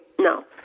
No